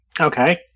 Okay